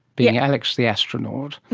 being alex the astronaut,